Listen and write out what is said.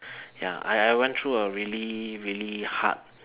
ya I I went through a really really hard